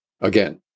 again